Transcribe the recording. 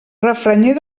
refranyer